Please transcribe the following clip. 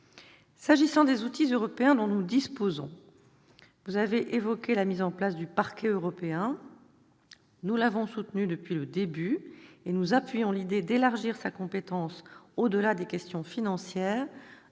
S'agissant des outils européens dont nous disposons, vous avez évoqué la mise en place du parquet européen que nous avons soutenue depuis le début. Nous appuyons l'idée d'élargir sa compétence, au-delà des questions financières,